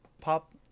Pop